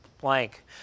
blank